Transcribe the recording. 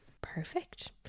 perfect